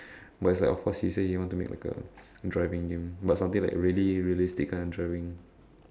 but it's like of course he say he want to make like a driving game but something that really realistic kind of driving